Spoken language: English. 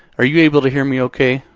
are you able to hear me okay,